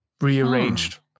rearranged